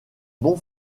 bon